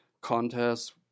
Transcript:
contests